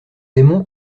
aimons